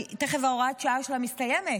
תכף הוראת השעה שלה מסתיימת,